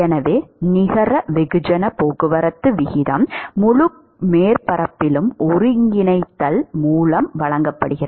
எனவே நிகர வெகுஜன போக்குவரத்து விகிதம் முழு மேற்பரப்பிலும் ஒருங்கிணைந்தல் மூலம் வழங்கப்படுகிறது